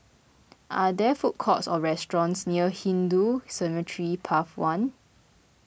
are there food courts or restaurants near Hindu Cemetery Path one